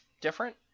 different